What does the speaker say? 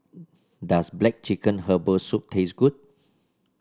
does black chicken Herbal Soup taste good